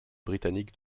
britanniques